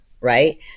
right